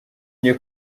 njye